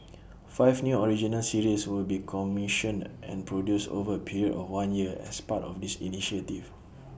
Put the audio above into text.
five new original series will be commissioned and produced over A period of one year as part of this initiative